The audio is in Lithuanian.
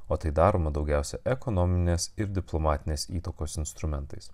o tai daroma daugiausia ekonominės ir diplomatinės įtakos instrumentais